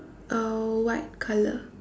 uh white colour